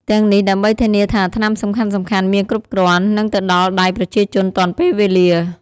ទាំងនេះដើម្បីធានាថាថ្នាំសំខាន់ៗមានគ្រប់គ្រាន់ និងទៅដល់ដៃប្រជាជនទាន់ពេលវេលា។